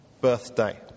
birthday